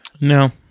No